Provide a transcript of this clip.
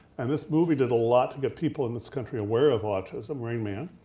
and this movie did a lot to get people in this country aware of autism, rain man.